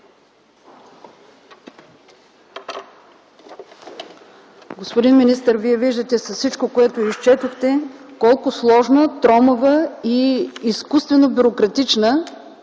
Господин министър, Вие виждате с всичко, което изчетохте, колко сложна, тромава и изкуствено бюрократична